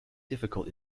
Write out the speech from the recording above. difficult